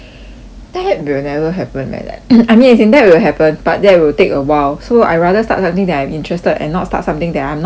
that will never happen in my life I mean as in that will happen but that will take a while so I rather start something that I'm interested and not start something that I'm not interested